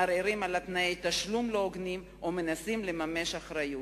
מערערים על תנאי תשלום לא הוגנים או מנסים לממש אחריות.